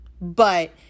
but-